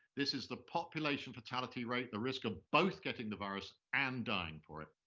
this is the population fatality rate, the risk of both getting the virus and dying for it.